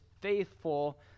faithful